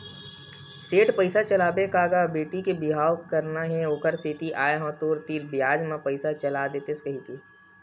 सेठ पइसा चलाबे का गा बेटी के बिहाव करना हे ओखरे सेती आय हंव तोर तीर बियाज म पइसा चला देतेस कहिके